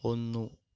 ഒന്ന്